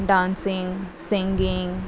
dancing singing